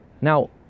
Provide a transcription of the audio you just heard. Now